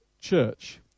church